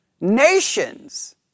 Nations